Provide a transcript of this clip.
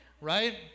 right